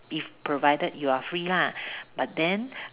if provided you are free lah but then